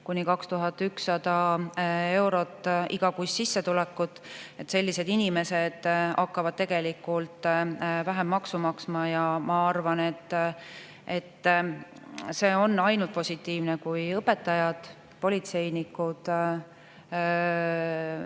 kuni 2100 eurot igakuist sissetulekut [teenivad] inimesed hakkavad tegelikult vähem maksu maksma. Ja ma arvan, et see on ainult positiivne, kui õpetajad, politseinikud,